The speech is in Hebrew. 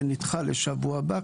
וזה נדחה לשבוע הבא,